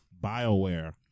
BioWare